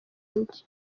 undi